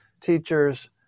teachers